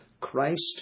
Christ